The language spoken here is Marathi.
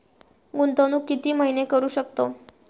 गुंतवणूक किती महिने करू शकतव?